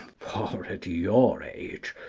for at your age,